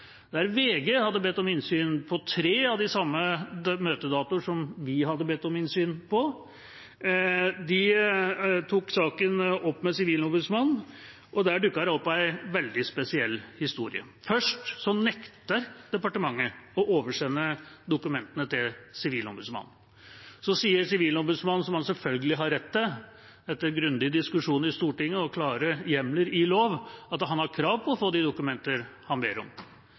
der VG hadde bedt om innsyn på tre av de samme møtedatoene som vi hadde bedt om innsyn på. De tok saken opp med Sivilombudsmannen, og der dukket det opp en veldig spesiell historie. Først nekter departementet å oversende dokumentene til Sivilombudsmannen. Så sier Sivilombudsmannen, som selvfølgelig – etter grundig diskusjon i Stortinget og klare hjemler i lov – har krav på å få de dokumenter det bes om.